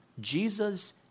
Jesus